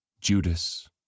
Judas